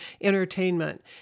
entertainment